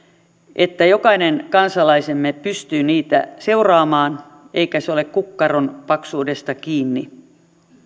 että jokainen kansalaisemme pystyy niitä seuraamaan eikä se ole kukkaron paksuudesta kiinni